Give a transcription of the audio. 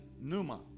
Numa